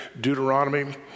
Deuteronomy